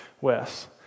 Wes